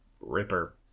Ripper